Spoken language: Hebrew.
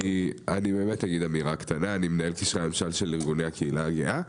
אני מנהל את קשרי הממשל של ארגוני הקהילה הגאה.